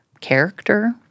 character